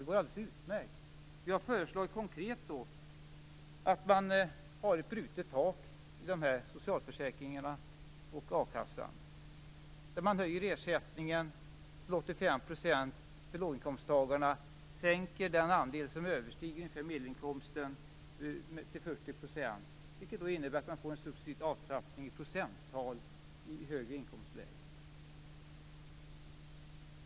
Det går alldeles utmärkt att göra saker där. Vi har konkret föreslagit att man har ett brutet tak i socialförsäkringarna och a-kassan där man höjer ersättningen till 85 % för låginkomsttagarna och sänker den andel som överstiger medelinkomsten till 40 %, vilket innebär att man får en successiv avtrappning i procenttal i högre inkomstlägen.